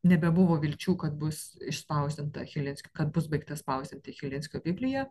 nebebuvo vilčių kad bus išspausdinta chilinskio kad bus baigta spausdinti chilinskio biblija